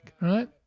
right